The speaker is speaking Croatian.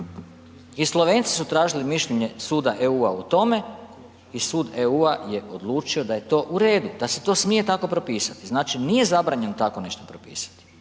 i Slovenci su tražili mišljenje suda EU-a u tome i sud EU-a je odlučio da je to u redu, da se to smije tako propisati, znači nije zabranjeno tako nešto propisati.